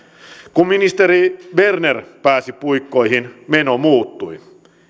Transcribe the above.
kun ministeri berner pääsi puikkoihin meno muuttui